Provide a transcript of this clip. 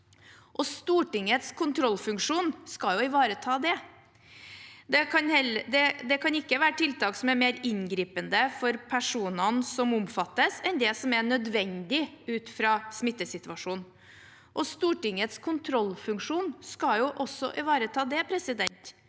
Stortingets kontrollfunksjon skal jo ivareta det. Det kan heller ikke være tiltak som er mer inngripende for personene som omfattes, enn det som er nødvendig ut fra smittesituasjonen, og Stortingets kontrollfunksjon skal ivareta også det.